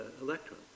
electron